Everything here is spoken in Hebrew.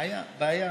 בעיה.